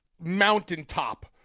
Mountaintop